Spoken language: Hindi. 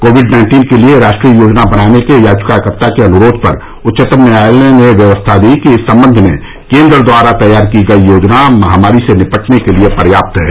कोविड नाइन्टीन के लिए राष्ट्रीय योजना बनाने के याचिकाकर्ता के अनुरोध पर उच्चतम न्यायालय ने व्यवस्था दी कि इस संबंध में केन्द्र द्वारा तैयार की गई योजना महामारी से निपटने के लिए पर्याप्त है